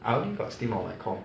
I only got Steam on my com